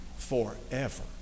Forever